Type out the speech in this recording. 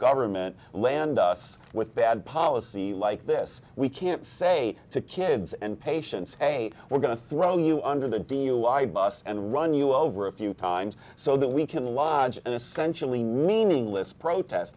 government land us with bad policy like this we can't say to kids and patients hey we're going to throw you under the dui bus and run you over a few times so that we can lodge an essentially meaningless protest